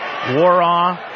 Waraw